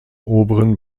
oberen